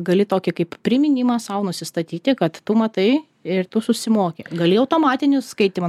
gali tokį kaip priminimą sau nusistatyti kad tu matai ir tu susimoki gali automatinį skaitymą